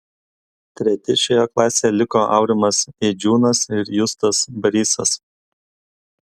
treti šioje klasėje liko aurimas eidžiūnas ir justas barysas